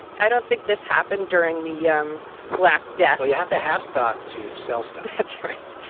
i don't think this happened during the yeah um black death you have to have stock to sell stuff that's right.